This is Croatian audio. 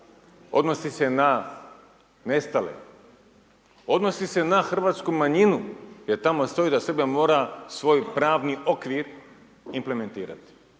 Odnosi se na nestale, odnosi se na hrvatsku manjinu jer tamo stoji da Srbija mora svoj pravni okvir implementirati.